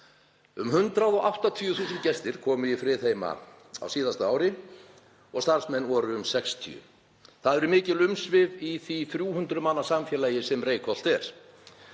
Um 180.000 gestir komu í Friðheima í fyrra og starfsmenn voru um 60. Þetta eru mikil umsvif í því 300 manna samfélagi sem Reykholt er.